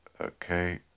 Okay